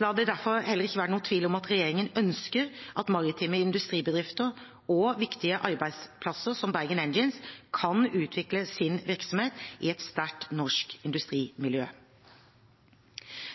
La det derfor heller ikke være noen tvil om at regjeringen ønsker at maritime industribedrifter og viktige arbeidsplasser som Bergen Engines kan utvikle sin virksomhet i et sterkt norsk industrimiljø.